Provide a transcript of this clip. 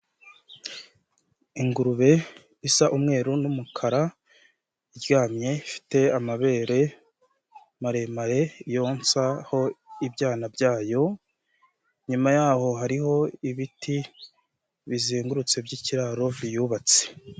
Ingurube isa umweru n'umukara, iryamye, ifite amabere maremare, yonsaho ibyana byayo, inyuma yaho hariho ibiti bizengurutse by'kiraro yubatse.